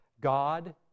God